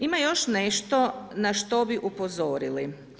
Ima još nešto na što bi upozorili.